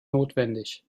notwendig